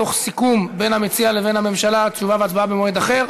תוך סיכום בין המציע לבין הממשלה על תשובה והצבעה במועד אחר.